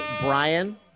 Brian